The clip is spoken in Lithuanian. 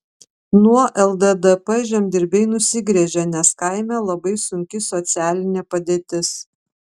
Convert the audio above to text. nuo lddp žemdirbiai nusigręžė nes kaime labai sunki socialinė padėtis